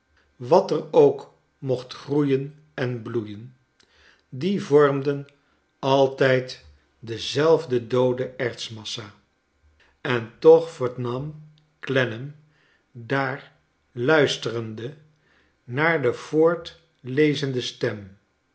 wat er ook mocht groeien en bloeien die vormden altijd dezelfde doode ertsmassa en toch vernam olennam daar luisterende naar de voorlezende stem